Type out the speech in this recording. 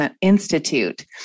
institute